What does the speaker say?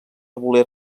voler